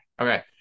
okay